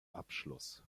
abschloss